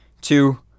two